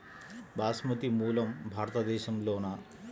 బాస్మతి మూలం భారతదేశంలోనా?